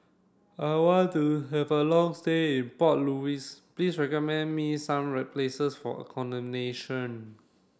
I want to have a long stay in Port Louis please recommend me some places for accommodation